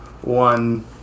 one